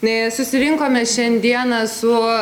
susirinkome šiandieną su